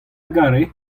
gare